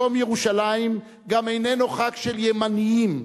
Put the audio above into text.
יום ירושלים גם איננו חג של ימנים,